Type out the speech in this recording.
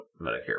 Medicare